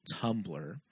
Tumblr